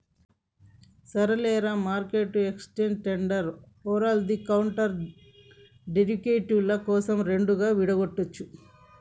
సరేలేరా, మార్కెట్ను exchange traded over the counter derivative ల కోసం రెండుగా విడగొట్టొచ్చు